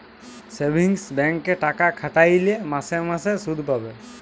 savings ব্যাংকে টাকা খাটাইলে মাসে মাসে সুদ পাবে